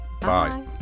Bye